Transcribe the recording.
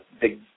big